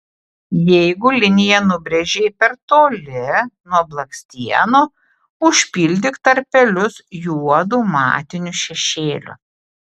jeigu liniją nubrėžei per toli nuo blakstienų užpildyk tarpelius juodu matiniu šešėliu